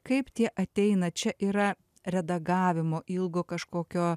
kaip tie ateina čia yra redagavimo ilgo kažkokio